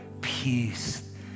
peace